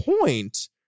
point